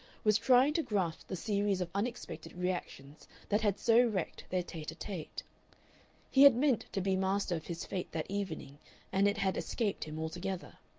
was trying to grasp the series of unexpected reactions that had so wrecked their tete-a-tete. he had meant to be master of his fate that evening and it had escaped him altogether.